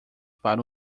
para